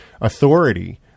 authority